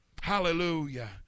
Hallelujah